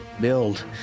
build